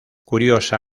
curiosa